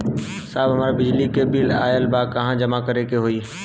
साहब हमार बिजली क बिल ऑयल बा कहाँ जमा करेके होइ?